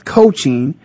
coaching